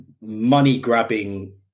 money-grabbing